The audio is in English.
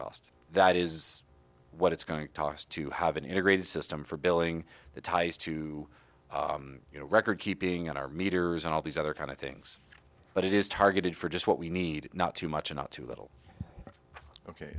cost that is what it's going to cost to have an integrated system for billing the ties to you know record keeping our meters and all these other kind of things but it is targeted for just what we need not too much and too little ok